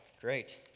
great